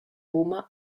mumma